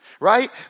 Right